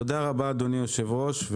תודה רבה אדוני היושב ראש.